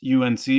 UNC